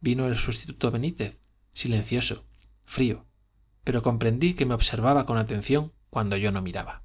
vino el sustituto benítez silencioso frío pero comprendí que me observaba con atención cuando yo no le miraba